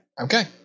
Okay